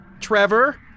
Trevor